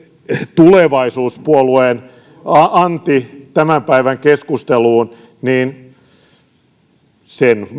tulevaisuuspuolueen anti tämän päivän keskusteluun se